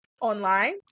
online